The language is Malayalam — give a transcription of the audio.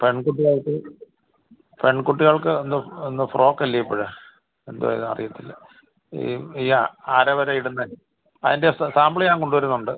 പെൺകുട്ടികൾക്ക് പെൺകുട്ടികൾക്ക് എന്ത് എന്ത് ഫ്രോക്കല്ലേ ഇപ്പോൾ എന്തുവാ അറിയത്തില്ല ഈ ഈ അ അര വരെ ഇടുന്ന അതിൻ്റെ സ സാമ്പിൾ ഞാൻ കൊണ്ടെരുന്നുണ്ട്